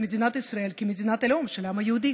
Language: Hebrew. מדינת ישראל כמדינת הלאום של העם היהודי?